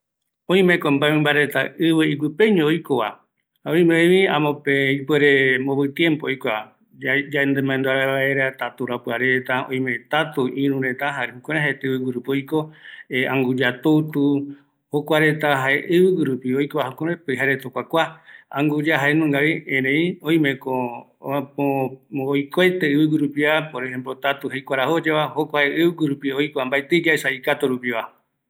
Mba reta ɨvɨgui peño oikova, jare oimevi oiko ɨmaa ɨvɨguirupiva, yaikua ramboeve tatu rapua, ani opaete tatureata, anguya tutu, jokua reta ɨvɨgui rupi oiko, jare okuakua, oimevi oikoete ɨvɨgui rupiva, amope yaesa ikatu rupi